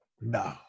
No